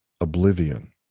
oblivion